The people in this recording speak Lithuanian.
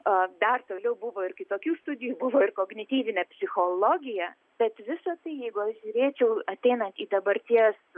o dar toliau buvo ir kitokių studijų buvo ir kognityvinė psichologija bet visa tai jeigu aš žiūrėčiau ateinant į dabarties